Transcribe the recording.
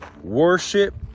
worship